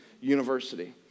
University